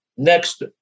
Next